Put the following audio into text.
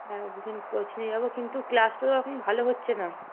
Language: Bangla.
হ্যাঁ কোচিংয়ে যাব কিন্তু ক্লাস তো এখন ভালো হচ্ছে না